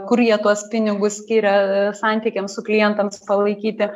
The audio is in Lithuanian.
kur jie tuos pinigus skiria santykiams su klientams palaikyti